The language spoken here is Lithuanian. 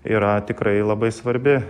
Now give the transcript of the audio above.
yra tikrai labai svarbi